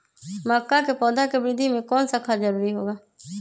मक्का के पौधा के वृद्धि में कौन सा खाद जरूरी होगा?